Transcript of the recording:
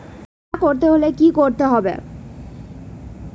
বিমা করতে হলে কি করতে হবে?